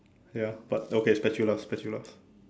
ya but okay spatula spatula